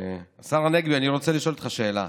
השר הנגבי, אני רוצה לשאול אותך שאלה: